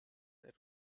that